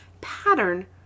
pattern